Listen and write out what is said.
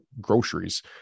groceries